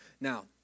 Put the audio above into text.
Now